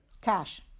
Cash